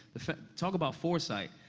talk about foresight,